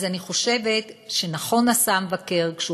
אז אני חושבת שנכון עשה המבקר כשהוא